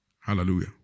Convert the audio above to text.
Hallelujah